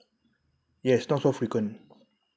yes not so frequent